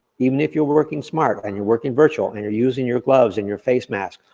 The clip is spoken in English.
even if you're working smart and you're working virtual and you're using your gloves and your face mask,